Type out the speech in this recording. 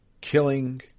killing